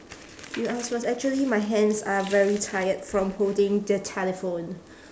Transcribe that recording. you ask first actually my hands are very tired from holding the telephone